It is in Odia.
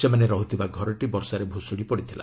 ସେମାନେ ରହୁଥିବା ଘରଟି ବର୍ଷାରେ ଭୁଶୁଡ଼ି ପଡ଼ିଥିଲା